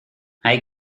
hay